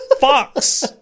Fox